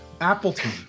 Appleton